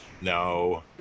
No